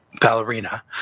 ballerina